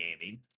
gaming